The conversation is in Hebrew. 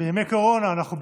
בימי קורונה אנחנו בשמית.